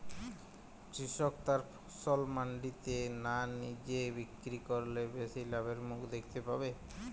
কৃষক তার ফসল মান্ডিতে না নিজে বিক্রি করলে বেশি লাভের মুখ দেখতে পাবে?